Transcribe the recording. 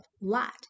Lot